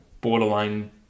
borderline